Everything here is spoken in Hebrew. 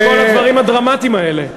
לשמוע את כל הדברים הדרמטיים האלה?